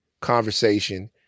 conversation